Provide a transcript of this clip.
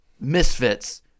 misfits